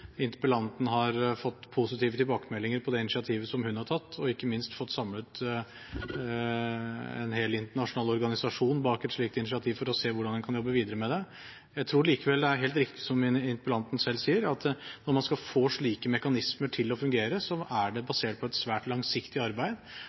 interpellanten har fått positive tilbakemeldinger på det initiativet som hun har tatt, og ikke minst fått samlet en hel internasjonal organisasjon bak et slikt initiativ for å se hvordan en kan jobbe videre med det. Jeg tror likevel det er helt riktig, som interpellanten selv sier, at når man skal få slike mekanismer til å fungere, er det basert på et svært langsiktig arbeid,